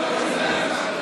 מדבר?